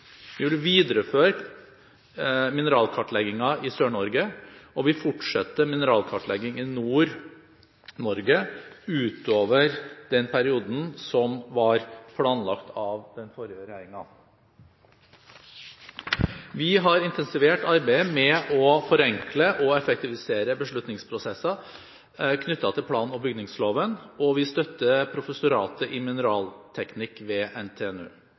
Vi vil videreføre mineralkartleggingen i Sør-Norge, og vi fortsetter mineralkartleggingen i Nord-Norge utover den perioden som var planlagt av den forrige regjeringen. Vi har intensivert arbeidet med å forenkle og effektivisere beslutningsprosesser knyttet til plan- og bygningsloven, og vi støtter professoratet i mineralteknikk ved NTNU.